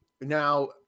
now